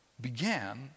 began